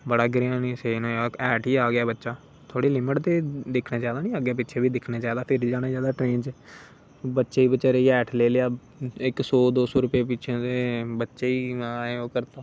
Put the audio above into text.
बड़ा गे सीन होआ हेठ ही आ गेआ बच्चा अग्गै पिच्छै बी दिखना चाहिदा फिर ही जाना चाहिदा ट्रेन च बच्चे बचैरे गी हेठ लेई लेआ इक सौ दो सो रपये पिच्छे ते बच्चे गी